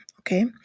okay